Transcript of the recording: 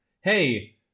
hey